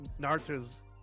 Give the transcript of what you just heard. Naruto's